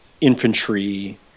infantry